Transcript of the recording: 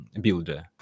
builder